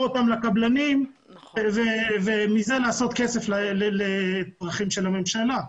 אותם לקבלנים ומזה לעשות כסף לצרכים של הממשלה.